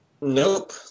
Nope